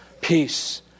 Peace